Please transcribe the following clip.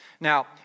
Now